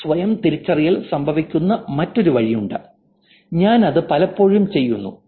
ഈ സ്വയം തിരിച്ചറിയൽ സംഭവിക്കുന്ന മറ്റൊരു വഴിയുമുണ്ട് ഞാൻ അത് പലപ്പോഴും ചെയ്യുന്നു